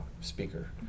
speaker